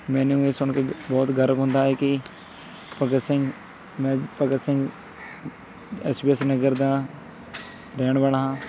ਮੈਨੂੰ ਇਹ ਸੁਣ ਕੇ ਬਹੁਤ ਗਰਵ ਹੁੰਦਾ ਹੈ ਕਿ ਭਗਤ ਸਿੰਘ ਮੈਂ Bhagat Singh S B S Nagar ਦਾ ਰਹਿਣ ਵਾਲਾ ਹਾਂ